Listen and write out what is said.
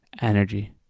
energy